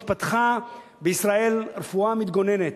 התפתחה בישראל רפואה מתגוננת.